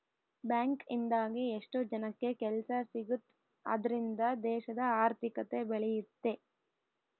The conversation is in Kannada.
ಬ್ಯಾಂಕ್ ಇಂದಾಗಿ ಎಷ್ಟೋ ಜನಕ್ಕೆ ಕೆಲ್ಸ ಸಿಗುತ್ತ್ ಅದ್ರಿಂದ ದೇಶದ ಆರ್ಥಿಕತೆ ಬೆಳಿಯುತ್ತೆ